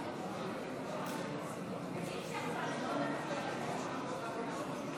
הוסרה מסדר-היום.